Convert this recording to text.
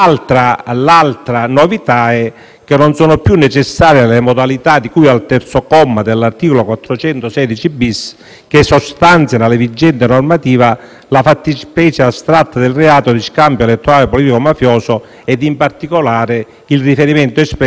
che non sono più necessarie le modalità di cui al terzo comma dell'articolo 416-*bis*, che sostanzia nelle vigente normativa la fattispecie astratta del reato di scambio elettorale politico-mafioso e in particolare il riferimento espresso al metodo di intimidazione mafiosa.